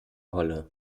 holle